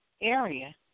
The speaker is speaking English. area